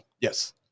Yes